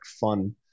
fun